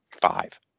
five